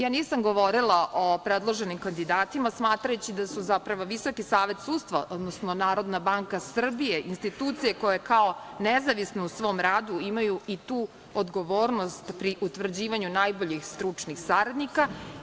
Ja nisam govorila o predloženim kandidatima, smatrajući da su zapravo VSS, odnosno NBS, institucije koje kao nezavisne u svom radu imaju i tu odgovornost pri utvrđivanju najboljih stručnih saradnika.